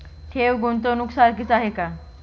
ठेव, गुंतवणूक सारखीच आहे का?